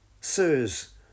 sirs